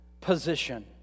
position